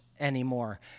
anymore